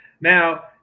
Now